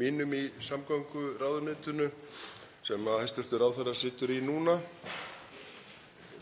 mínum í samgönguráðuneytinu sem hæstv. ráðherra situr í núna.